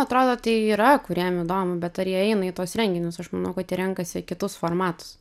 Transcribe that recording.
atrodo tai yra kuriem įdomu bet ar jie eina į tuos renginius aš manau kad jie renkasi kitus formatus